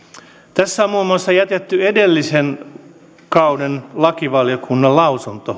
tässä on muun muassa jätetty huomiotta edellisen kauden lakivaliokunnan lausunto